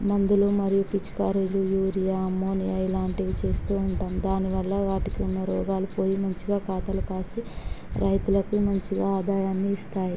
మందులు మరియు పిచుకారీలు యూరియా అమోనియా ఇలాంటివి వేస్తూ ఉంటారు దాని వల్ల వాటికి ఉన్న రోగాలు పోయి మంచిగా పంటలు పండి రైతులకి మంచిగా ఆదాయాన్ని ఇస్తాయి